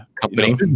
Company